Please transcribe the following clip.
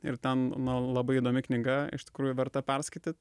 ir ten na labai įdomi knyga iš tikrųjų verta perskaityt